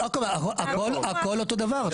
יעקב, הכול אותו דבר.